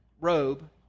robe